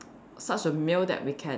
such a meal that we can